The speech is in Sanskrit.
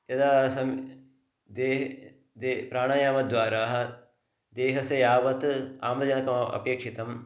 यदा सः देहः देहः प्राणायामद्वारा देहस्य यावत् आम्लजनकम् अपेक्षितं